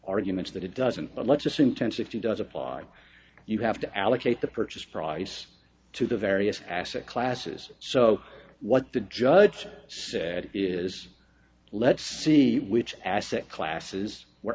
arguments that it doesn't but let's assume tense if you does apply you have to allocate the purchase price to the various asset classes so what the judge said is let's see which asset